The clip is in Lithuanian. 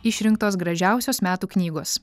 išrinktos gražiausios metų knygos